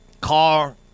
car